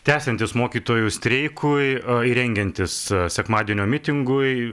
tęsiantis mokytojų streikui o ir rengiantis sekmadienio mitingui